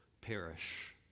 perish